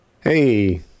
hey